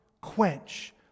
quench